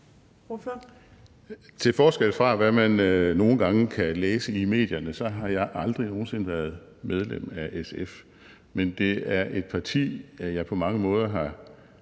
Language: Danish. Til forskel fra, hvad man nogle gange kan læse i medierne, har jeg aldrig nogen sinde været medlem af SF, men det er et parti, jeg på mange måder har